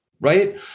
right